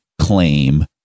claim